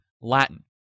Latin